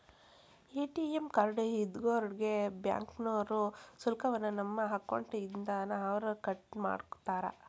ATM card ಇದ್ದೋರ್ಗೆ ಬ್ಯಾಂಕ್ನೋರು ಶುಲ್ಕವನ್ನ ನಮ್ಮ ಅಕೌಂಟ್ ಇಂದಾನ ಅವ್ರ ಕಟ್ಮಾಡ್ತಾರ